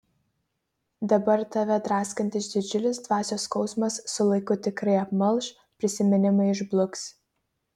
dabar tave draskantis didžiulis dvasios skausmas su laiku tikrai apmalš prisiminimai išbluks